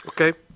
Okay